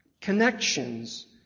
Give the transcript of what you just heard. connections